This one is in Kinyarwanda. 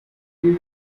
com